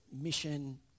Mission